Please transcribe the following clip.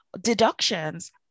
deductions